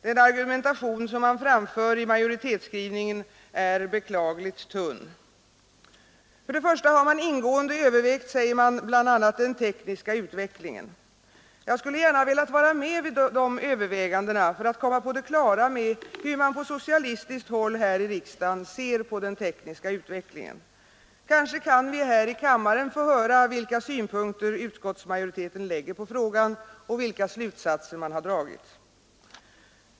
Den argumentation som man framför i majoritetsskrivningen är beklagligt tunn. För det första har man ingående övervägt, säger man, bl.a. den tekniska utvecklingen. Jag skulle gärna velat vara med vid dessa överväganden för att komma på det klara med hur man på socialistiskt håll här i riksdagen ser på den tekniska utvecklingen. Kanske kan vi här i kammaren få höra vilka synpunkter utskottsmajoriteten lägger på frågan och vilka slutsatser man dragit.